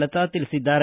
ಲತಾ ತಿಳಿಸಿದ್ದಾರೆ